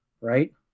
right